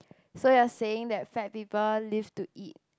so you're saying that fat people live to eat